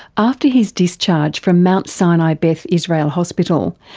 after his discharge from mount sinai beth israel hospital,